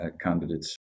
candidates